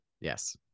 Yes